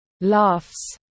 laughs